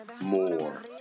more